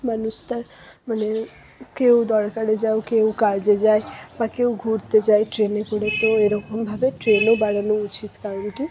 মানুষ তার মানে কেও দরকারে যাও কেউ কাজে যায় বা কেউ ঘুরতে যায় ট্রেনে করে তো এরকমভাবে ট্রেনও বাড়ানো উচিত কারণ কি